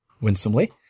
winsomely